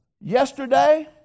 Yesterday